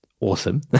awesome